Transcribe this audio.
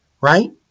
right